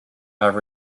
have